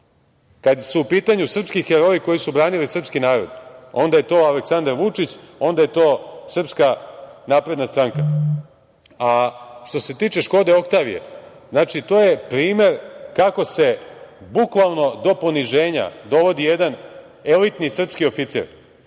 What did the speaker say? kad su u pitanju srpski heroji koji su branili srpski narod, onda je to Aleksandar Vučić, onda je to SNS.Što se tiče Škode oktavije, to je primer kako se bukvalno do poniženja dovodi jedan elitni srpski